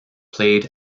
played